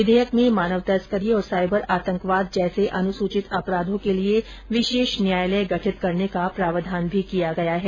विधेयक में मानव तस्करी और साइबर आतंकवाद जैसे अनुसूचित अपराधों के लिए विशेष न्यायालय गठित करने का प्रावधान भी किया गया है